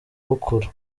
bukura